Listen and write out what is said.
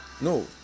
no